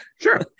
Sure